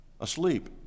Asleep